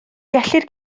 gellir